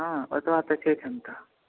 हँ ओतबा तऽ छै धन्धा